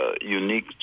unique